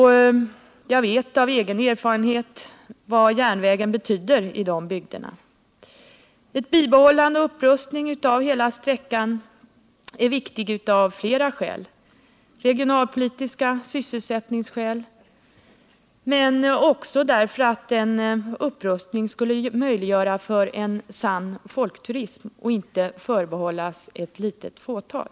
Jag vet av egen erfarenhet vad järnvägen betyder i dessa bygder. Bibehållande och upprustning av hela sträckan är viktigt av flera skäl — av regionalpolitiska skäl och av sysselsättningsskäl men också därför att en upprustning skulle möjliggöra en sann folkturism och inte en turism förbehållen ett litet fåtal.